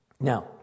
Now